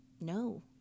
No